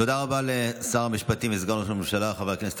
תודה רבה לשר המשפטים וסגן ראש הממשלה חבר הכנסת